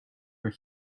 were